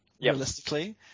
realistically